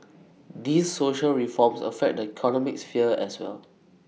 these social reforms affect the economic sphere as well